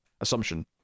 assumption